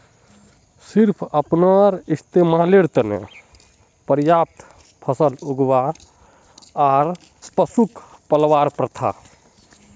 सिर्फ अपनार इस्तमालेर त न पर्याप्त फसल उगव्वा आर पशुक पलवार प्रथा